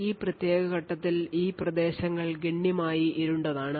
ഈ പ്രത്യേക ഘട്ടത്തിൽ ഈ പ്രദേശങ്ങൾ ഗണ്യമായി ഇരുണ്ടതാണ്